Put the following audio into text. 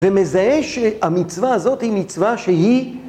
ומזהה שהמצווה הזאת היא מצווה שהיא...